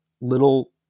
little